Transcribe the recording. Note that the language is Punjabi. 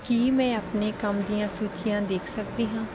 ਕੀ ਮੈਂ ਆਪਣੇ ਕੰਮ ਦੀਆਂ ਸੂਚੀਆਂ ਦੇਖ ਸਕਦੀ ਹਾਂ